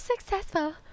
successful